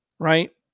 Right